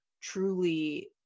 truly